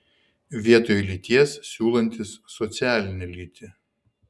vietoj lyties siūlantis socialinę lytį